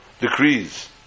decrees